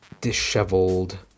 disheveled